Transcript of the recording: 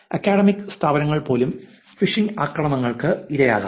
academic സ്ഥാപനങ്ങൾ പോലും phishing ആക്രമണങ്ങൾക്ക് ഇരയാകാം